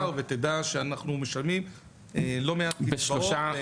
ותדע שאנחנו משלמים לא מעט קצבאות.